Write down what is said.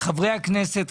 חברי הכנסת,